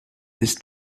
ist